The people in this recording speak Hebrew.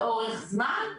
לאורך זמן,